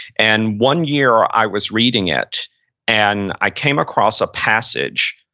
and one year i was reading it and i came across a passage,